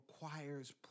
requires